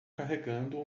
carregando